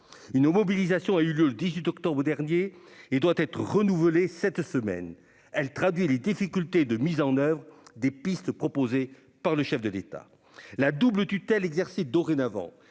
Une mobilisation a eu lieu le 18 octobre dernier et elle doit être renouvelée cette semaine. Elle traduit les difficultés de mise en oeuvre des pistes proposées par le chef de l'État. La double tutelle exercée dorénavant